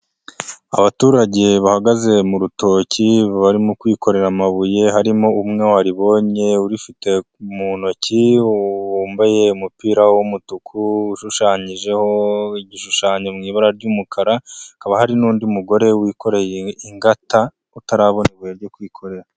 Abaturage bahagaze mu rutoki barimo kwikorera amabuye harimo umwe waribonye urifite mu ntoki wambaye umupira w'umutuku ushushanyijeho igishushanyo mu ibara ry'umukara, hakaba hari n'undi mugore wikoreye ingata, utarabona ibuye ryo kwikorera.